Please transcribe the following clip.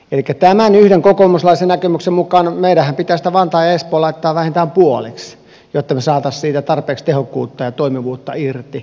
elikkä tämän yhden kokoomuslaisen näkemyksen mukaanhan meidän pitäisi vantaa ja espoo laittaa vähintään puoliksi jotta me saisimme siitä tarpeeksi tehokkuutta ja toimivuutta irti